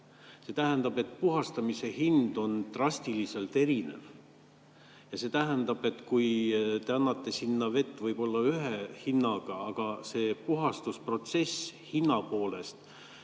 See tähendab, et puhastamise hind on drastiliselt erinev. Te annate sinna vett võib-olla ühe hinnaga, aga kui see puhastusprotsess hinna poolest